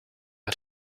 how